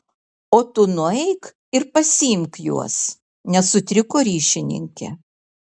o tu nueik ir pasiimk juos nesutriko ryšininkė